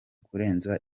kurenza